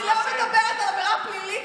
אני לא מדברת על עבירה פלילית,